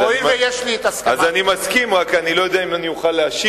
אז אני מסכים, אני רק לא יודע אם אוכל להשיב.